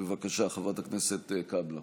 בבקשה, חברת הכנסת קאבלה.